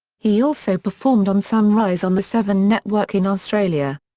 he also performed on sunrise on the seven network in australia.